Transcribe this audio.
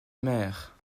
mère